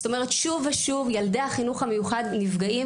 זאת אומרת שוב ושוב ילדי החינוך המיוחד נפגעים